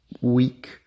week